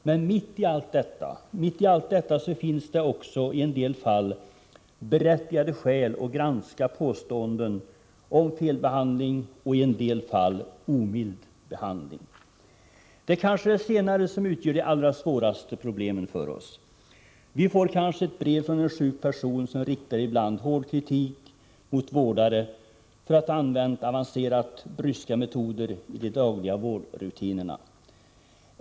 Men mitt i allt detta finns det också ibland berättigade skäl att granska påståenden om felbehandling och i en del fall omild behandling. Det är kanske de senare som utgör de allra svåraste problemen för oss. Vi kan få brev från en sjuk person som riktar en ibland hård kritik mot vårdare för att dessa använt avancerat bryska metoder i de dagliga vårdrutinerna.